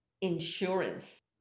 Insurance